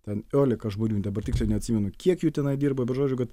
ten iolika žmonių dabar tiksliai neatsimenu kiek jų tenai dirbo bet žodžiu kad